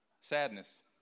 Sadness